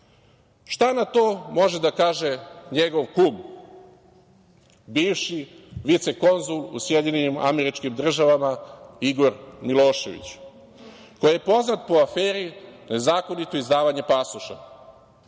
Šta na to može da kaže njegov kum bivši vicekonzul u SAD, Igor Milošević koji je poznat po aferi nezakonito izdavanje pasoša,